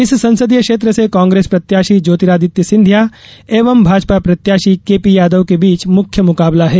इस संसदीय क्षेत्र से कांग्रेस प्रत्याशी ज्योतिरादित्य सिंधिया एवं भाजपा प्रत्याशी के पी यादव के बीच मुख्य मुकाबला है